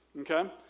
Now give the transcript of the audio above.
Okay